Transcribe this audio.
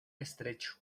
estrecho